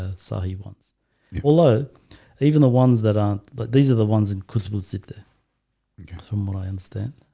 ah sorry once although even the ones that aren't but these are the ones incredible sit there from what i understand